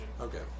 Okay